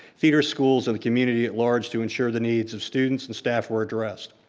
theater schools and the community at large, to ensure the needs of students and staff were addressed.